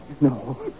no